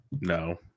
No